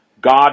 God